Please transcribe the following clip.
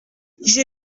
j’ai